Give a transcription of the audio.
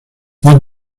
what